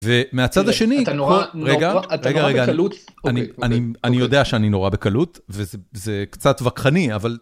ומהצד השני, רגע, רגע, רגע, אני, אני יודע שאני נורא בקלות, וזה קצת וכחני, אבל...